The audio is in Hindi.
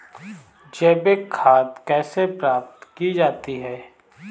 जैविक खाद कैसे प्राप्त की जाती है?